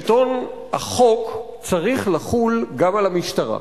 שלטון החוק צריך לחול גם על המשטרה.